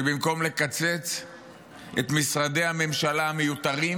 שבמקום לקצץ את משרדי הממשלה המיותרים,